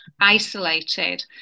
isolated